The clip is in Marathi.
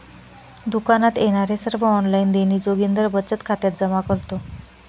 दुकानात येणारे सर्व ऑनलाइन देणी जोगिंदर बचत खात्यात जमा करतो